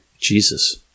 Jesus